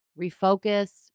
refocus